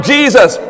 Jesus